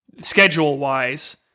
schedule-wise